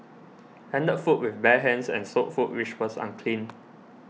handled food with bare hands and sold food which was unclean